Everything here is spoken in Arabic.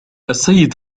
السيد